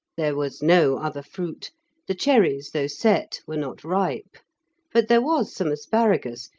there was no other fruit the cherries, though set, were not ripe but there was some asparagus,